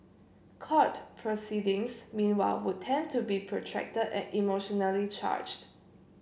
court proceedings meanwhile would tend to be protracted and emotionally charged